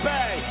Bay